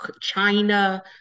China